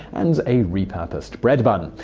and a repurposed bread bun.